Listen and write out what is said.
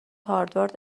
هاروارد